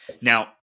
Now